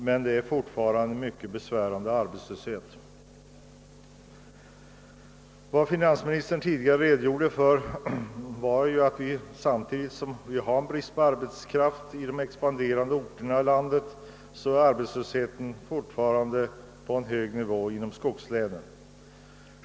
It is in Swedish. Fortfarande råder dock en mycket besvärande arbetslöshet där. Finansministern redogjorde tidigare för att vi, samtidigt som det är brist på arbetskraft i de expanderande orterna i landet, får dras med en arbetslöshet som fortfarande ligger på en mycket hög nivå inom skogslänen.